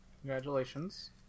Congratulations